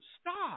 Stop